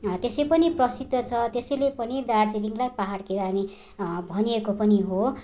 त्यसै पनि प्रसिद्ध छ त्यसैले पनि दार्जिलिङलाई पाहाडकी रानी भनिएको पनि हो